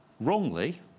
wrongly